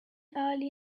early